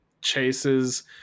chases